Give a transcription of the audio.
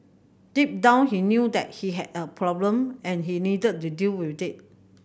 deep down he knew that he had a problem and he needed to deal with it